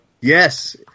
Yes